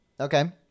Okay